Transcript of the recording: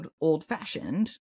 old-fashioned